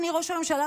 אדוני ראש הממשלה,